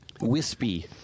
Wispy